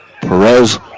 Perez